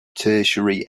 tertiary